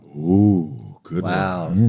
ooh good